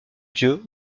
dieu